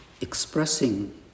expressing